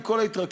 עם כל ההתרגשות,